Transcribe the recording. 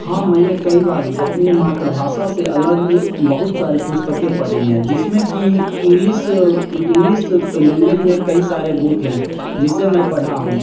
हाँ मैने कई बार अपनी मातृभाषा से अलग बहुत सारी पुस्तकें पढ़ी हैं जिसमें कि ईंग्लीस ईंग्लीस लैंग्वेज में कई सारे बूक हैं जिसे मैं पढ़ा हूँ